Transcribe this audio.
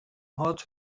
هات